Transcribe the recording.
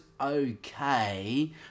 okay